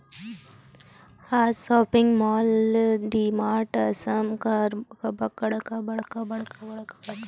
आज shopping mall, DMart असन बड़का बड़का मॉल खुले हे जेमा सब्बो जिनिस ह एके जघा म मिलत हे